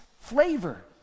flavor